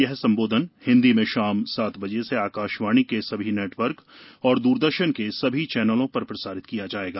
यह संबोधन हिन्दी में शाम सात बजे से आकाशवाणी के सभी नेटवर्क और दूरदर्शन के सभी चैनलों पर प्रसारित किया जायेगा